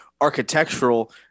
architectural